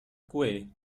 kue